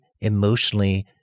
emotionally